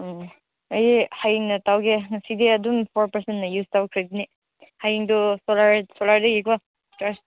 ꯎꯝ ꯑꯩ ꯍꯌꯦꯡꯅ ꯇꯧꯒꯦ ꯉꯁꯤꯗꯤ ꯑꯗꯨꯝ ꯐꯣꯔ ꯄꯥꯔꯁꯦꯟꯅ ꯌꯨꯁ ꯇꯧꯈ꯭ꯔꯗꯤꯅꯦ ꯍꯌꯦꯡꯗꯣ ꯁꯣꯂꯔ ꯁꯣꯂꯔꯗꯒꯤꯀꯣ ꯆꯥꯔꯖ